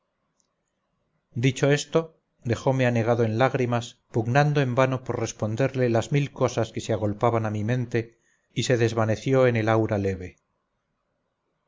nuestro hijo dicho esto dejome anegado en lágrimas pugnando en vano por responderle las mil cosas que se agolpaban a mi mente y se desvaneció en el aura leve